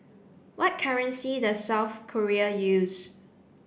what currency does South Korea use